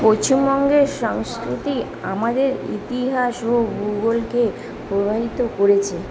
পশ্চিমবঙ্গের সংস্কৃতি আমাদের ইতিহাস ও ভূগোলকে প্রভাবিত করেছে